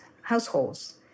households